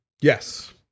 Yes